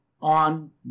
on